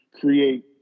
create